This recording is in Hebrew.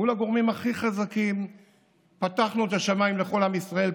מול הגורמים הכי חזקים פתחנו את השמיים לכל עם ישראל,